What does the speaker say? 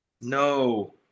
No